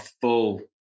full